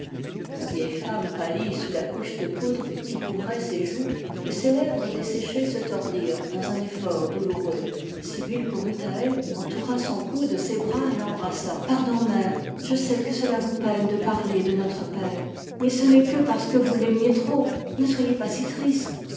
la vieille femme pâlit sous la couche de poudre qui couvrait ses joues et ses lèvres desséchées se tordirent dans un effort douloureux sibyl courut à elle entoura son cou de ses bras et l'embrassa pardon mère je sais que cela vous peine de parler de notre père mais ce n'est que parce que vous l'aimiez trop ne soyez pas si triste